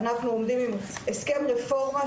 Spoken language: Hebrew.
אנחנו עומדים עם הסכם רפורמה,